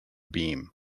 beam